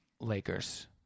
Lakers